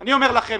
אני אומר לכם,